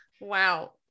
Wow